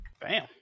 Bam